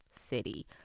city